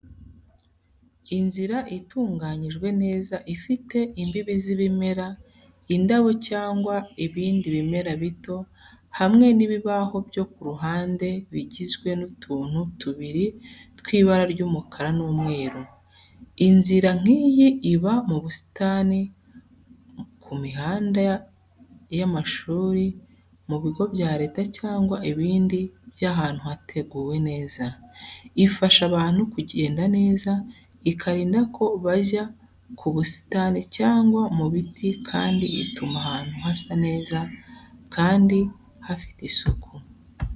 Inzira itunganyijwe neza ifite imbibi z'ibimera, indabo cyangwa ibindi bimera bito, hamwe n'ibibaho byo ku ruhande bigizwe n'utuntu tubiri tw'ibara ry'umukara n'umweru. Inzira nk’iyi iba mu busitani ku mihanda y’amashuri mu bigo bya Leta cyangwa ibindi by'ahantu hateguwe neza. Ifasha abantu kugenda neza, ikarinda ko bajya ku busitani cyangwa mu biti kandi ituma ahantu hasa neza kandi hafite isuku.